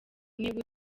niba